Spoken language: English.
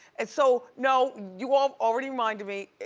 and so no, you all already reminded me,